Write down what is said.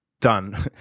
done